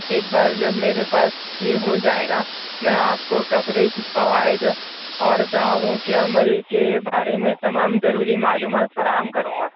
ایک بار جب میرے پاس یہ ہو جائے گا میں آپ کو کوریج فوائد اور دعووں کے عمل کے بارے میں تمام ضروری معلومات فراہم کروں گا